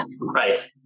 right